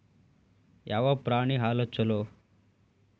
ಯಾವ ಪ್ರಾಣಿ ಹಾಲು ಛಲೋ?